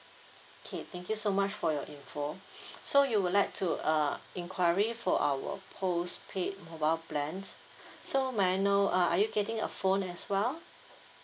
okay thank you so much for your info so you would like to uh enquiry for our postpaid mobile plans so may I know uh are you getting a phone as well